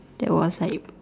that was like